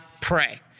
pray